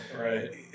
right